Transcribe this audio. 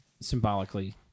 symbolically